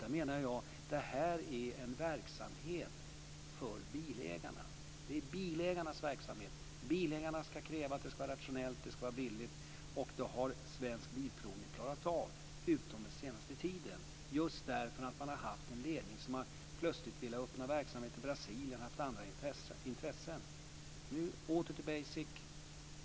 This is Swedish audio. Jag menar att det är en verksamhet för bilägarna. Det är bilägarnas verksamhet. Bilägarna ska kräva att det ska vara rationellt. Det ska vara billigt. Det har Svensk Bilprovning klarat av - utom den senaste tiden, just därför att man har haft en ledning som plötsligt har velat öppna verksamhet i Brasilien och haft andra intressen. Nu är det åter till basic.